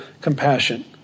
compassion